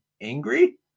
angry